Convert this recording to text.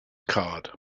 card